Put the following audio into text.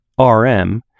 RM